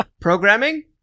Programming